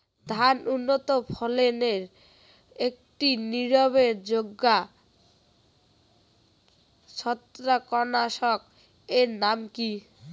ধান উন্নত ফলনে একটি নির্ভরযোগ্য ছত্রাকনাশক এর নাম কি?